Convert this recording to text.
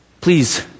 Please